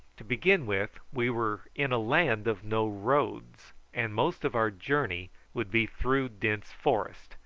to begin with, we were in a land of no roads, and most of our journey would be through dense forest,